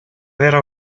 vera